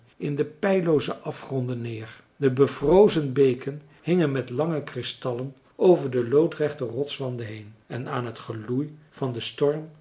in de peillooze afgronden neer de bevrozen marcellus emants een drietal novellen beken hingen met lange kristallen over de loodrechte rotswanden heen en aan het geloei van den storm